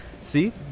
See